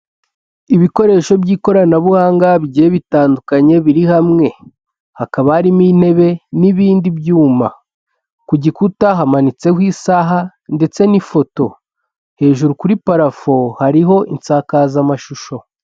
Ibikoresho by'ikoranabuhanga bigiye bitandukanye biri hamwe, hakaba harimo intebe n'ibindi byuma, ku gikuta hamanitseho isaha ndetse n'ifoto hejuru kuri parafo hariho isakazamashusho.